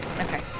Okay